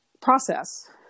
process